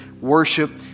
Worship